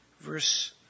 Verse